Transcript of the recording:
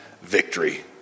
victory